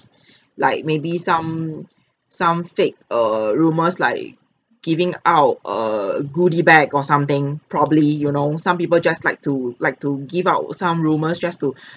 like maybe some some fake err rumours like giving out err goodie bag or something probably you know some people just like to like to give out some rumours just to